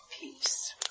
peace